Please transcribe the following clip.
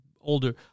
Older